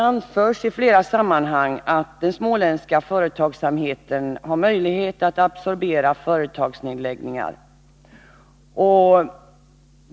I flera sammanhang anförs att den småländska företagsamheten har möjlighet att klara företagsnedläggningar.